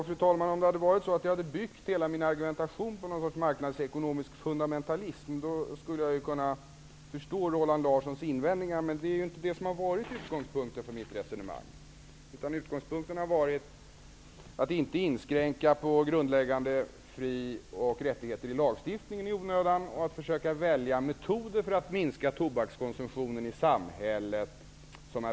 Fru talman! Om jag hade byggt hela min argumentation på någon sorts marknadsekonomisk fundamentalism skulle jag kunna förstå Roland Larssons invändningar. Men detta har ju inte varit utgångspunkten för mitt resonemang. Utgångspunkten har varit att man inte i onödan skall göra inskränkningar i grundläggande fri och rättigheter i lagstiftningen och att man skall försöka välja metoder som är verksamma för att minska tobakskonsumtionen i samhället.